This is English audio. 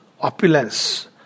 opulence